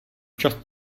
čas